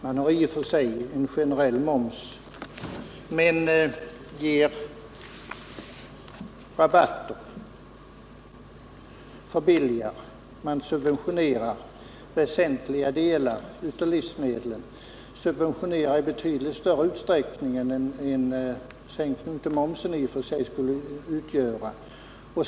Man har en generell moms, man ger rabatter, man förbilligar och subventionerar väsentliga delar av livsmedlen. Man subventionerar i betydligt större utsträckning än vad en sänkning av momsen skulle göra.